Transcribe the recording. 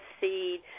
seed